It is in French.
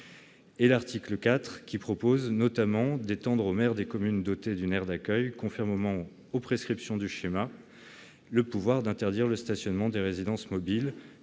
l'article 4, qui prévoit notamment d'étendre aux maires des communes dotées d'une aire d'accueil conformément aux prescriptions du schéma départemental le pouvoir d'interdire le stationnement des résidences mobiles